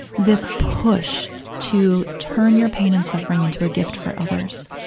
this push to turn your pain and suffering into a gift for others,